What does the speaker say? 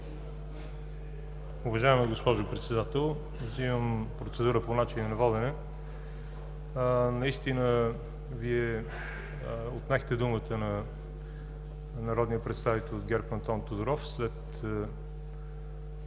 Уважаема госпожо Председател! Взимам процедура по начина на водене. Наистина Вие отнехте думата на народния представител от ГЕРБ Антон Тодоров след